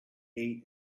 ate